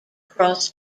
cross